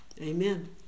Amen